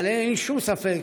אבל אין שום ספק